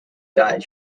died